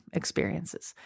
experiences